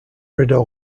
rideau